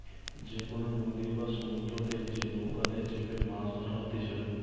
যে কোনো নদী বা সমুদ্রতে যে নৌকাতে চেপেমাছ ধরা হতিছে